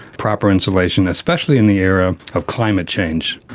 proper insulation, especially in the era of climate change.